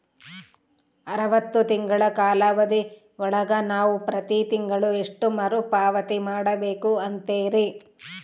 ಅರವತ್ತು ತಿಂಗಳ ಕಾಲಾವಧಿ ಒಳಗ ನಾವು ಪ್ರತಿ ತಿಂಗಳು ಎಷ್ಟು ಮರುಪಾವತಿ ಮಾಡಬೇಕು ಅಂತೇರಿ?